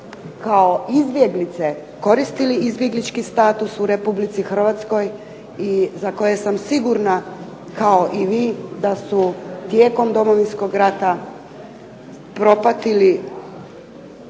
kao izbjeglice koristili izbjeglički status u Republici Hrvatskoj i za koje sam sigurna kao i vi da su tijekom Domovinskog rata propatili